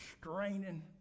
straining